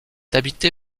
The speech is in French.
habité